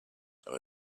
and